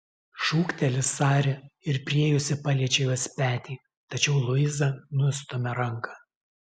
šūkteli sari ir priėjusi paliečia jos petį tačiau luiza nustumia ranką